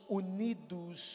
unidos